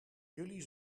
jullie